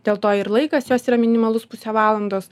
dėl to ir laikas jos yra minimalus pusę valandos